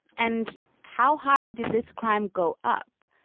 and how high did this crime go up?